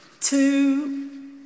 Two